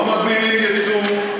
לא מגבילים ייצוא,